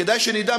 כדאי שנדע,